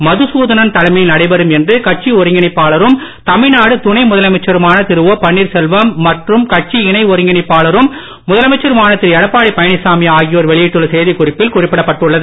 மதுசூதனன் தலைமையில் நடைபெறும் என்று கட்சி ஒருங்கிணைப்பாளரும் தமிழ்நாடு துணை முதலமைச்சருமான திரு ஓ பன்னீர்செல்வம் மற்றும் கட்சி இணை ஒருங்கிணைப்பாளரும் முதலமைச்சருமான திரு எடப்பாடி பழனிசாமி ஆகியோர் வெளியிட்டுள்ள செய்திக்குறிப்பில் குறிப்பிடப்பட்டுள்ளது